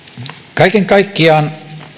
kaiken kaikkiaan